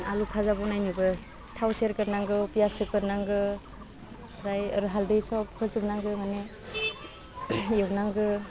आलु फाजा एवनोबो थाव सेरग्रोनांगौ पियास सेरग्रोनांगौ ओमफ्राय हालदै सब होजोबनांगौ माने एवनांगौ